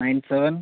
nine seven